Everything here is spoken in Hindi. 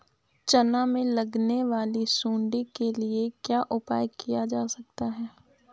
चना में लगने वाली सुंडी के लिए क्या उपाय किया जा सकता है?